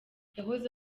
yahoze